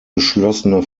beschlossene